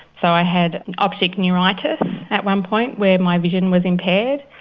so i had optic neuritis at one point where my vision was impaired.